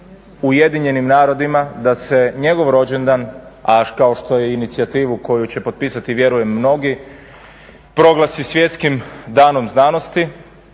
predloži UN-u da se njegov rođendan, a kao što i inicijativu koju će potpisati vjerujem mnogi, proglasi Svjetskim danom znanosti.